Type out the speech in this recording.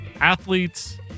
Athletes